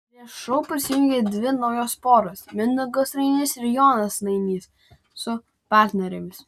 prie šou prisijungė dvi naujos poros mindaugas rainys ir jonas nainys su partnerėmis